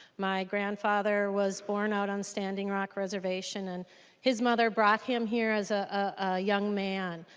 my grandfather was born out on standing rock reservation and his mother brought him here is a ah young man.